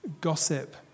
Gossip